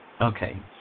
Okay